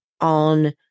on